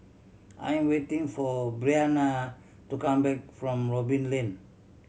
I am waiting for Briana to come back from Robin Lane